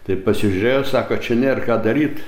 taip pasižiūrėjo sako čia nėr ką daryt